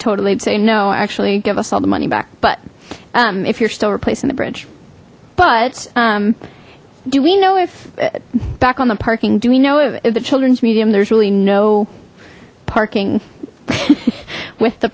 totally say no actually give us all the money back but um if you're still replacing the bridge but do we know if back on the parking do we know if the children's medium there's really no parking with the